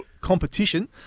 competition